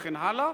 וכן הלאה,